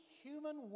human